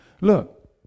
Look